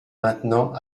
maintenant